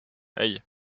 hey